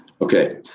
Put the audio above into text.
Okay